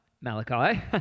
Malachi